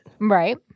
Right